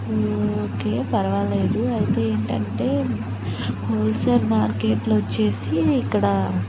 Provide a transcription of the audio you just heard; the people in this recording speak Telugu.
ఓకే పర్వాలేదు అయితే ఏంటంటే హోల్సేల్ మార్కెట్లు వచ్చేసి ఇక్కడ